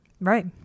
Right